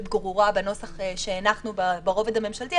ברורה בנוסח שהנחנו ברובד הממשלתי,